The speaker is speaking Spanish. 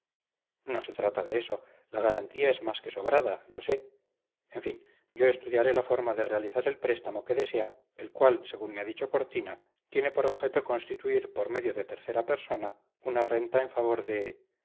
no se trata de eso la garantía es más que sobrada lo sé en fin yo estudiaré la forma de realizar el préstamo que desea el cual según me ha dicho cortina tiene por objeto constituir por medio de tercera persona una renta en favor de